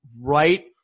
right